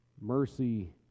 mercy